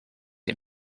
een